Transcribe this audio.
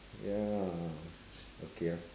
ya okay lah